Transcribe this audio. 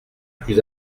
plus